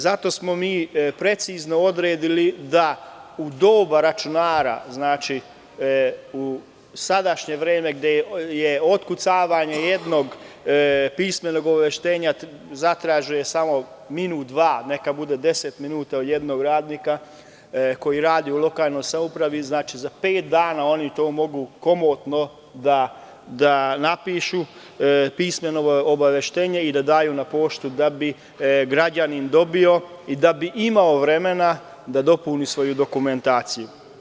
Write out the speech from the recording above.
Zato smo precizno odredili da u doba računara, u sadašnje vreme gde je otkucavanje jednog pismenog obaveštenja traži minut, dva, a neka bude i 10 minuta radnika koji radi u lokalnoj samoupravi, za pet dana komotno može da napiše pismeno obaveštenje i da da na poštu da bi građanin dobio i da bi imao vremena da dopuni svoju dokumentaciju.